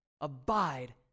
Abide